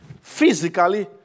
physically